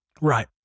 Right